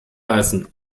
heißen